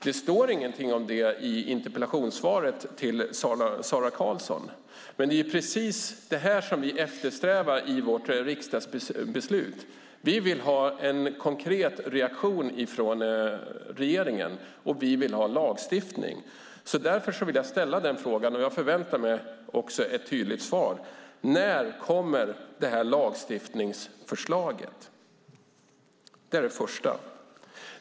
Det står inget om detta i interpellationssvaret till Sara Karlsson, men det är precis detta vi eftersträvar i vårt riksdagsbeslut. Vi vill ha en konkret reaktion från regeringen, och vi vill ha lagstiftning. Därför vill jag ställa frågan, och jag förväntar mig också ett tydligt svar: När kommer det här lagstiftningsförslaget? Det är det första.